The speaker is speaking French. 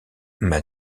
m’a